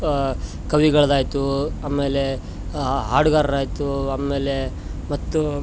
ಕವಿಗಳದಾಯಿತು ಆಮೇಲೆ ಹಾಡುಗಾರರಾಯಿತು ಆಮೇಲೆ ಮತ್ತು